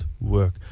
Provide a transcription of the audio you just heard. work